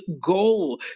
goal